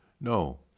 No